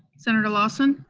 senator lawson?